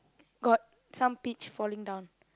got some peach falling down